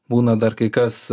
būna dar kai kas